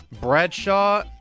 Bradshaw